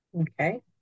Okay